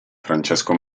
francesco